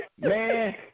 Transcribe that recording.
Man